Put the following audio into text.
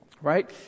right